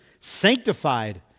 sanctified